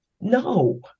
No